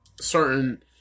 certain